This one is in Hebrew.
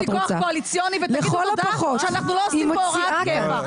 אבל יש לי כוח קואליציוני ותגידו תודה שאנחנו לא עושים פה הוראת קבע.